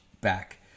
back